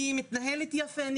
אני מתנהלת יפה,